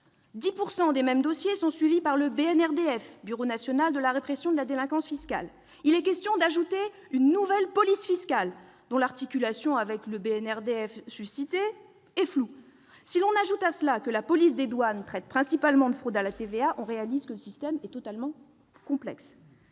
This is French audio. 10 % des mêmes dossiers sont suivis par la Brigade nationale de répression de la délinquance fiscale, la BNRDF. Il est question d'ajouter une nouvelle police fiscale, dont l'articulation avec la BNRDF est floue. Si l'on ajoute à cela que la police des douanes traite principalement de fraudes à la TVA, on réalise que le système est particulièrement complexe